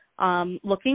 Looking